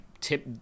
tip